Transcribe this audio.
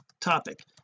topic